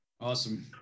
Awesome